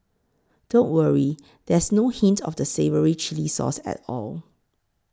don't worry there's no hint of the savoury chilli sauce at all